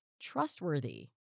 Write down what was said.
trustworthy